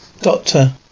Doctor